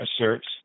asserts